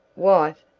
wife,